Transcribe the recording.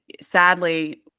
sadly